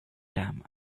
damned